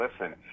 listen